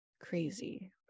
crazy